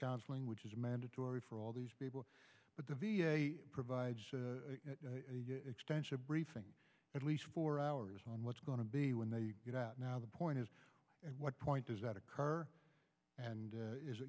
counseling which is mandatory for all these people but the v a provides extensive briefing at least four hours on what's going to be when they get out now the point is at what point does that occur and is